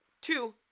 Two